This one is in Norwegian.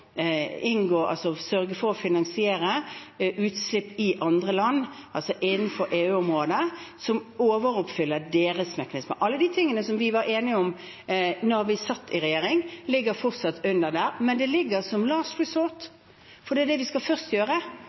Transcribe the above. sørge for å finansiere utslippskutt i andre land, altså innenfor EU-området, som overoppfyller deres mekanismer. Alle de tingene som vi var enige om da vi satt sammen i regjering, ligger fortsatt under der, men det ligger som «last resort», for det vi skal gjøre først, er å gjennomføre det vi kan gjøre